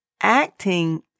acting